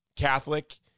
catholic